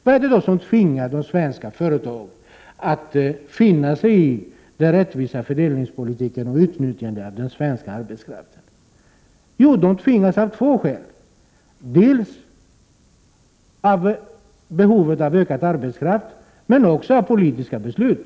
Vad är det då som tvingar svenska företag att finna sig i den rättvisa fördelningspolitiken och utnyttjandet av den svenska arbetskraften? Jo, de tvingas av två skäl, dels av behovet av ökad arbetskraft, dels av politiska beslut.